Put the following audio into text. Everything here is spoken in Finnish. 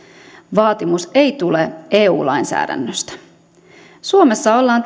vaatimus ei tule eu lainsäädännöstä suomessa ollaan